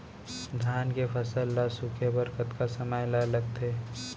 धान के फसल ल सूखे बर कतका समय ल लगथे?